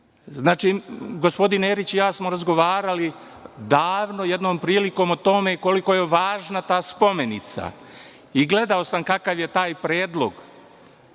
sporno. Gospodin Erić i ja smo razgovarali davno jednom prilikom o tome koliko je važna ta spomenica i gledao sam kakav je taj predlog